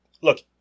look